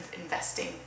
investing